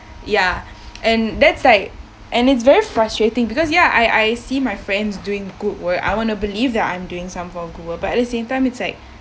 ya and that's like and it's very frustrating because ya I I see my friends doing good work I want to believe that I'm doing some form of good work but at the same time it's like